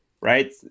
right